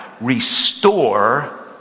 Restore